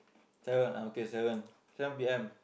seven I okay seven seven P_M